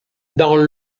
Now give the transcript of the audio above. dans